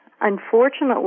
unfortunately